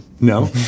No